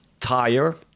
tire